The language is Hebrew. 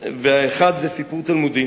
האחד הוא סיפור תלמודי